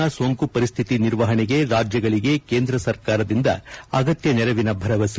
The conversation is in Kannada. ಕೊರೋನಾ ಸೋಂಕು ಪರಿಸ್ಥಿತಿ ನಿರ್ವಹಣೆಗೆ ರಾಜ್ಯಗಳಿಗೆ ಕೇಂದ್ರ ಸರ್ಕಾರದಿಂದ ಅಗತ್ಯ ನೆರವಿನ ಭರವಸೆ